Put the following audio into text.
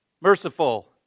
Merciful